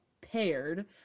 paired